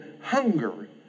hunger